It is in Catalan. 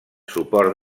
suport